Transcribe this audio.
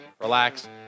relax